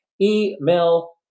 email